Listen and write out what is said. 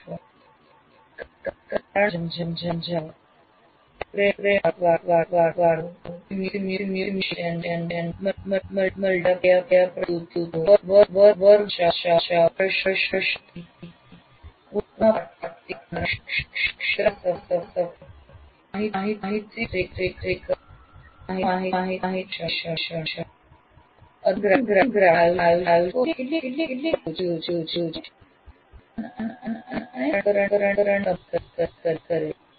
કારણ સમજાવવું પ્રેરણાત્મક વાર્તાઓ સિમ્યુલેશન મલ્ટિમીડિયા પ્રસ્તુતિઓ વર્ગ ચર્ચાઓ પ્રશ્નોત્તરી પુનપ્રાપ્તિકરણ ક્ષેત્રમાં સફર માહિતી એકત્રીકરણ અને માહિતી વિશ્લેષણ અદ્યતન ગ્રાફિક આયોજકો એ કેટલીક પ્રવૃત્તિઓ છે જે ધ્યાન અને સક્રિયકરણને સંબોધિત કરે છે